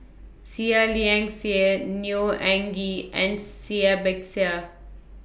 Seah Liang Seah Neo Anngee and Cai Bixia